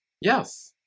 Yes